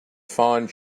find